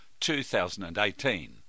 2018